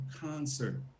concert